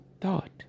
thought